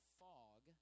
fog